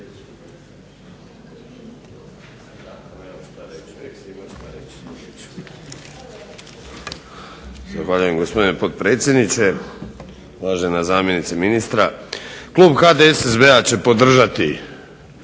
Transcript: Zahvaljujem, gospodine potpredsjedniče. Uvažena zamjenice ministra. Klub HDSSB-a će podržati